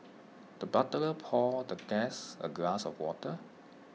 the butler poured the guest A glass of water